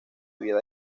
vida